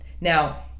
Now